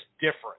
different